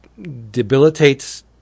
debilitates